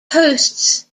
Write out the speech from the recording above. hosts